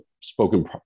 spoken